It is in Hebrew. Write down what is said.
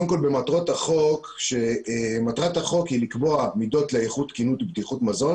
שמטרת החוק היא "לקבוע מידות לאיכות תקינות ובטיחות מזון